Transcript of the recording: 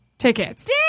Tickets